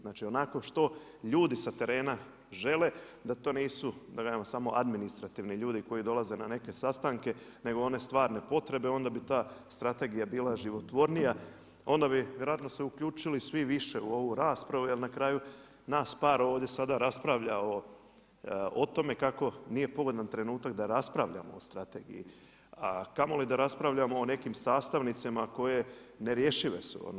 Znači, onako što ljudi sa terena žele da to nisu da kažem, samo administrativni ljudi koji dolaze na neke sastanke nego one stvarne potrebe onda bi ta strategija bila životvornija, onda bi vjerojatno se uključili svi više u raspravu jer na kraju nas par ovdje sada raspravlja o tome kako nije pogodan trenutak da raspravljamo o strategiji, a kamoli da raspravljamo o nekim sastavnicama koje nerješive su.